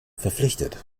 verpflichtet